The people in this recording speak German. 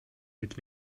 mit